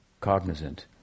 cognizant